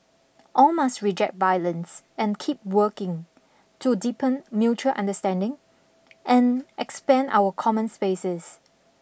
all must reject violence and keep working to deepen mutual understanding and expand our common spaces